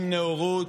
עם נאורות.